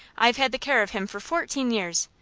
i've had the care of him for fourteen years,